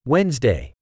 Wednesday